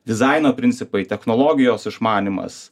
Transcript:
dizaino principai technologijos išmanymas